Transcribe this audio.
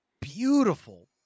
beautiful